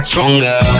Stronger